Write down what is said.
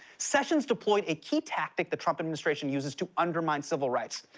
sessions deployed a key tactic the trump administration uses to undermine civil rights.